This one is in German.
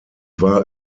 war